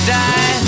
die